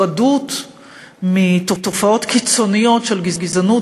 ומוטרדות מתופעות קיצוניות של גזענות